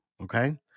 Okay